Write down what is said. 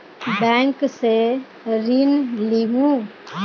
Bank से ऋण लुमू?